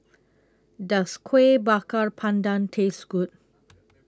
Does Kueh Bakar Pandan Taste Good